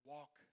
Walk